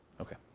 Okay